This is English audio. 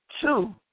Two